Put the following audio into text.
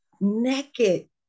naked